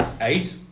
Eight